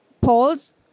polls